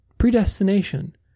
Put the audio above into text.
predestination